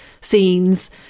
scenes